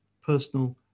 personal